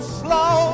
slow